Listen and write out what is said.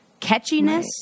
Catchiness